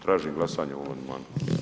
Tražim glasanje o ovom amandmanu.